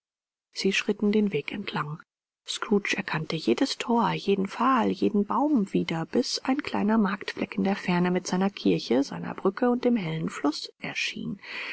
sie schritten den weg entlang scrooge erkannte jedes thor jeden pfahl jeden baum wieder bis ein kleiner marktflecken in der ferne mit seiner kirche seiner brücke und dem hellen fluß erschien